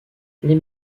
les